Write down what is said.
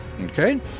Okay